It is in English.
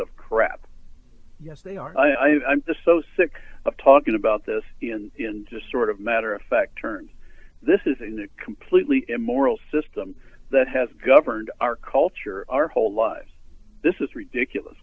of crap yes they are i'm just so sick of talking about this in just sort of matter of fact turn this is in a completely immoral system that has governed our culture our whole lives this is ridiculous